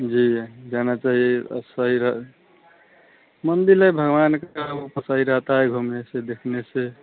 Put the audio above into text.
जी जाना चाहिए सही रह मन्दिर भगवान का सही रहता है घूमने से देखने से